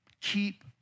keep